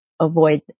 avoid